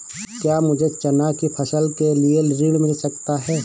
क्या मुझे चना की फसल के लिए ऋण मिल सकता है?